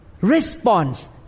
response